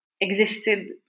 existed